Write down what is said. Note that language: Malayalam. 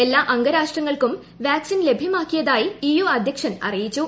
എല്ലാ അംഗരാഷ്ട്രങ്ങൾക്കും വാക്സിൻ ലഭ്യമാക്കിയതായി ഇ യു അധ്യക്ഷൻ അറിയിച്ചു